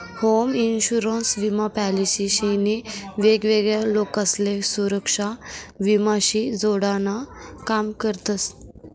home insurance विमा policy शे नी वेगवेगळा लोकसले सुरेक्षा विमा शी जोडान काम करतस